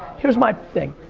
here's my thing,